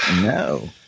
No